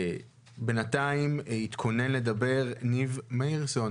בינתיים יתכונן לדבר ניב מאירסון